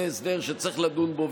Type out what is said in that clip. זה הסדר שצריך לדון בו.